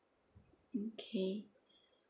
okay